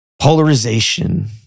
Polarization